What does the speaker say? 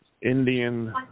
Indian